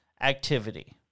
activity